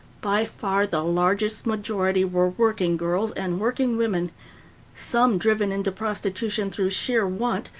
by far the largest majority were working girls and working women some driven into prostitution through sheer want,